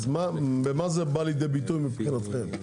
איך זה בא לידי ביטוי מבחינתכם?